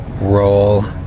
roll